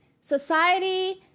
society